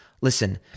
Listen